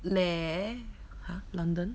leh ah london